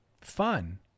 fun